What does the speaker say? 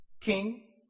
king